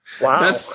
Wow